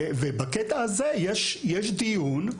בקטע הזה יש דיון.